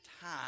time